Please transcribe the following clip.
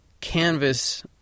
canvas